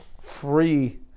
free